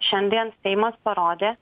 šiandien seimas parodė